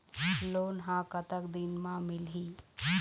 Loan ह कतक दिन मा मिलही?